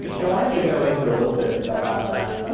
and why don't you go into a little bit about that.